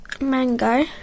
mango